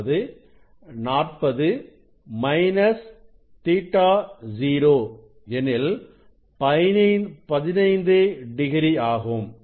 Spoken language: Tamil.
அதாவது 40 மைனஸ் Ɵ0 எனில் 15 டிகிரி ஆகும்